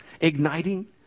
Igniting